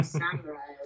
samurai